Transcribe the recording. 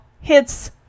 hits